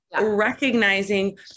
Recognizing